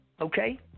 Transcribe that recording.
Okay